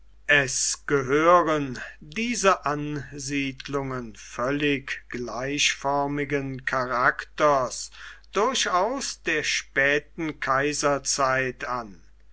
es gehören diese ansiedlungen völlig gleichförmigen charakters durchaus der späten kaiserzeit an